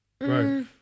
Right